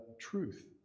truth